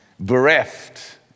bereft